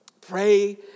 Pray